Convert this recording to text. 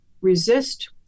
resist